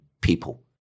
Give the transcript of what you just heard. people